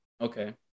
Okay